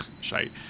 shite